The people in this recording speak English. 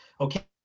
okay